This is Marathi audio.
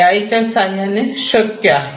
ए आय च्या साह्याने शक्य आहे